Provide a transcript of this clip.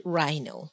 Rhino